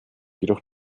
jedoch